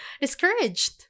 discouraged